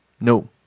no